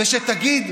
ותגיד: